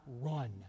run